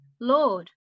Lord